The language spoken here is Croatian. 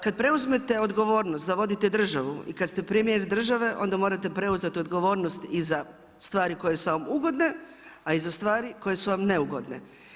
Kad preuzmete odgovornost da vodite državu i kad ste premijer države, onda morati preuzeti odgovornost i za stvari koje su vam ugodne a i za stvari koje su vam neugodne.